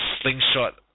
slingshot